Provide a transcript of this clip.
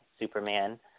superman